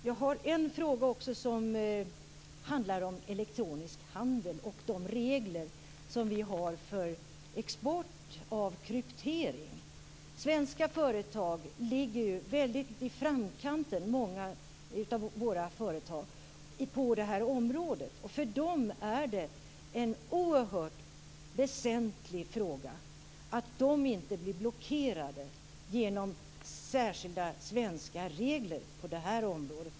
Jag har också en fråga som handlar om elektronisk handel och de regler som vi har för export av kryptering. Många av våra svenska företag ligger ju väldigt i framkanten på det här området. För dem är det oerhört väsentligt att de inte blir blockerade av särskilda svenska regler på det här området.